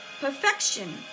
Perfection